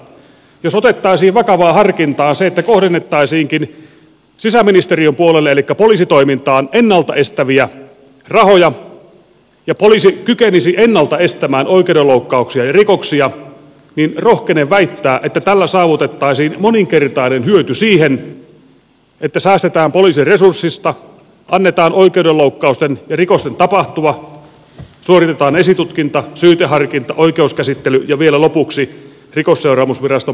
jos otettaisiin vakavaan harkintaan se että kohdennettaisiinkin sisäministeriön puolelle elikkä poliisitoimintaan ennalta estäviä rahoja ja poliisi kykenisi ennalta estämään oikeudenloukkauksia ja rikoksia niin rohkenen väittää että tällä saavutettaisiin moninkertainen hyöty siihen verrattuna että säästetään poliisin resursseista annetaan oikeudenloukkausten ja rikosten tapahtua suoritetaan esitutkinta syyteharkinta oikeuskäsittely ja vielä lopuksi rikosseuraamusviraston palvelujakin tarvitaan